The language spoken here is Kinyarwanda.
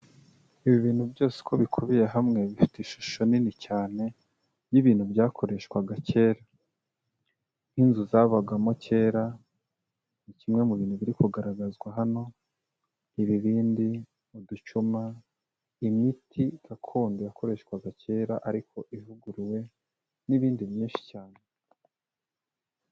Ibi bintu byose uko bikubiye hamwe, bifite ishusho nini cyane, y'ibintu byakoreshwaga kera. Nk'inzu zabagamo kera, ni kimwe mu bintu biri kugaragazwa hano, ibibindi, uducuma, imiti gakondo yakoreshwaga kera, ariko ivuguruwe, n'ibindi byinshi cyane.